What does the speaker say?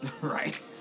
Right